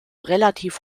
relativ